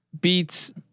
beats